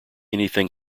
anything